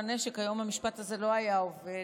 לנשק" והיום המשפט הזה לא היה עובד,